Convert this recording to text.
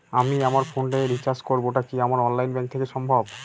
আমি আমার ফোন এ রিচার্জ করব টা কি আমার অনলাইন ব্যাংক থেকেই সম্ভব?